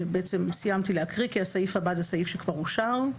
אני בעצם סיימתי להקריא כי הסעיף הבא זה סעיף שכבר אושר.